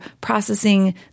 processing